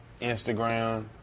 Instagram